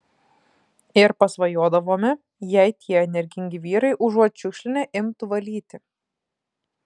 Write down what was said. ir pasvajodavome jei tie energingi vyrai užuot šiukšlinę imtų valyti